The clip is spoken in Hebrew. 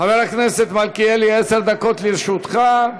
חבר הכנסת מלכיאלי, עשר דקות לרשותך.